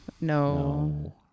no